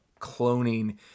cloning